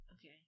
Okay